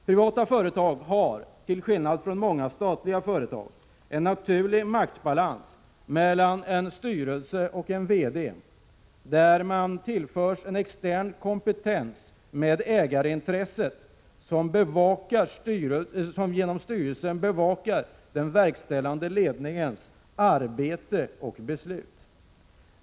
Privata företag har till skillnad från många statliga företag en naturlig maktbalans mellan en styrelse och en VD, där man tillförs extern kompetens med ägarintressen, som genom styrelsen bevakar den verkställande ledningens arbete och beslut.